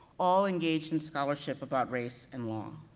all engaged in scholarship about race and law.